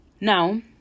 Now